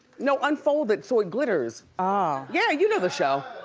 no, unfold it so it glitters. ah yeah, you know the show.